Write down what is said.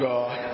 God